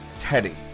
Teddy